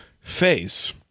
face